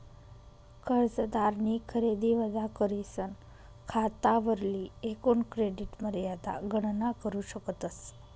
कर्जदारनी खरेदी वजा करीसन खातावरली एकूण क्रेडिट मर्यादा गणना करू शकतस